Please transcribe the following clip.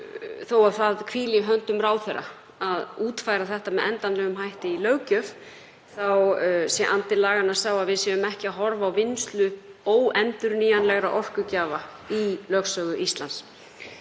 þó að það hvíli í höndum ráðherra að útfæra þetta með endanlegum hætti í löggjöf þá sé andi laganna sá að við séum ekki að horfa á vinnslu óendurnýjanlegra orkugjafa í lögsögu Íslands.